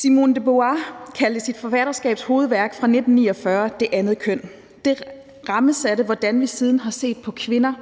Simone de Beauvoir kaldte sit forfatterskabs hovedværk fra 1949 »Det andet køn«. Det rammesatte, hvordan vi siden har set på kvinder